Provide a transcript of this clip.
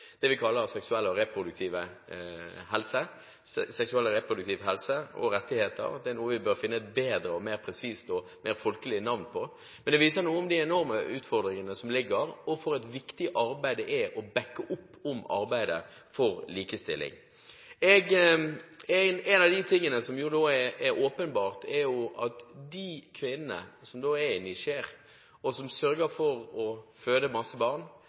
det vi kaller seksuell og reproduktiv helse. Seksuell og reproduktiv helse – og rettigheter – er noe vi bør finne et bedre og mer presist og folkelig navn på. Men dette viser noen av de enorme utfordringene som ligger her, og hvilket viktig arbeid det er å bakke opp om arbeidet for likestilling. Det er åpenbart at de kvinnene som er i Niger, og som føder mange barn, er i en særlig utsatt stilling – både kvinnene og ungene – i et område som